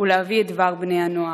ולהביא את דבר בני-הנוער.